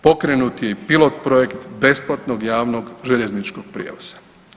Pokrenut je i plot projekt besplatnog javnog željezničkog prijevoza.